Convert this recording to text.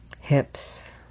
hips